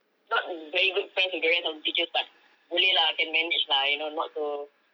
not very good friends with the rest of the teacher but boleh lah can manage lah you know not so